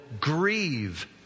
grieve